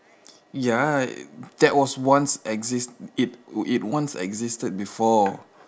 ya that was once exist it it once existed before